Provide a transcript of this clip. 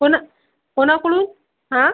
कोणा कोणाकडून हा